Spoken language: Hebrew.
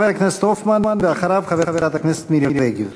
חבר הכנסת הופמן, ואחריו, חברת הכנסת מירי רגב.